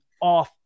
off